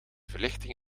verlichting